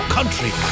Country